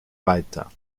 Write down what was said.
weiter